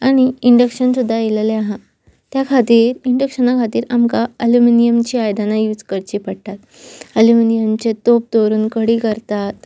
आनी इंडक्शन सुद्दा येयलेलें आहा त्या खातीर इंडक्शना खातीर आमकां अल्युमिनयमची आयदनां यूज करची पडटात एल्युमिनयमचे तोप दवरून कडी करतात